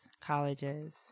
colleges